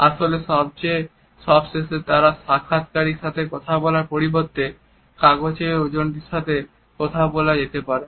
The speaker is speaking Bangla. আসলে সবশেষে তারা সাক্ষাৎকারী্য সাথে কথা বলার পরিবর্তে কাগজের ওজনটির সাথে কথা বলে যেতে পারেন